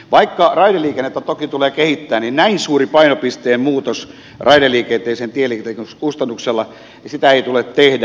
vaikka raideliikennettä toki tulee kehittää niin näin suurta painopisteen muutosta raideliikenteeseen tieliikenteen kustannuksella ei tule tehdä